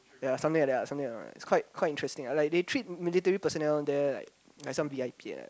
yea something like that something like that it's quite quite interesting like they treat military personnel there like like some V_I_P ah